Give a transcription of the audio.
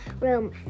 room